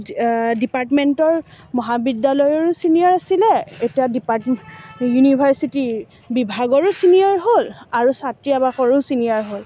ডিপাৰ্টমেণ্টৰ মহাবিদ্যালয়ৰো ছিনিয়ৰ আছিলে এতিয়া ডিপাৰ্টমেন্ট ইউনিভাৰ্ছিটিৰ বিভাগৰো ছিনিয়ৰ হ'ল আৰু ছাত্ৰী আবাসৰো ছিনিয়ৰ হ'ল